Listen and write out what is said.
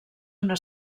una